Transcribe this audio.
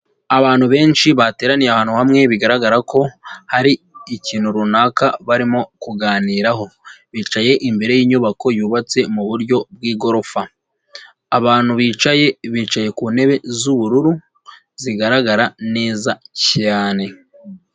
Abantu benshi bateraniye ahantu hamwe bigaragara ko hari ikintu runaka barimo kuganiraho, bicaye imbere y'inyubako yubatse mu buryo bw'igorofa, abantu bicaye bicaye ku ntebe z'ubururu zigaragara neza cyane.